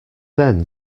then